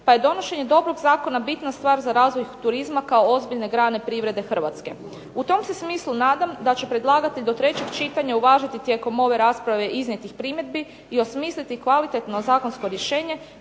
pa je donošenje dobrog zakona bitna stvar za razvoj turizma kao ozbiljne grane privrede Hrvatske. U tom se smislu nadam da će predlagatelj do trećeg čitanja uvažiti tijekom ove rasprave iznijetih primjedbi i osmisliti kvalitetno zakonsko rješenje